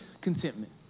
contentment